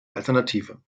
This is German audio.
alternative